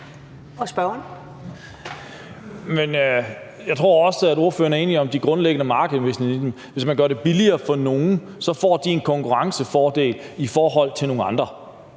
(NB): Men jeg tror også, at ordføreren er enig i de grundlæggende markedsmekanismer, og hvis man gør det billigere for nogle, får de en konkurrencefordel i forhold til nogle andre.